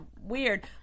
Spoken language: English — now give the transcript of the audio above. weird